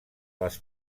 les